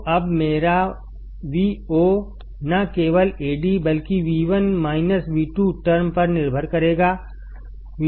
तो अब मेरा Voन केवल Adबल्कि V1 V2टर्मपर भी निर्भरकरेगा